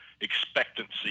expectancy